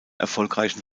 erfolgreichen